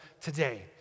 today